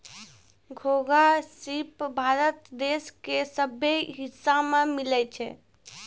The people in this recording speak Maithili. घोंघा, सिप भारत देश के सभ्भे हिस्सा में मिलै छै